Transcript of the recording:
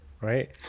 right